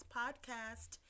podcast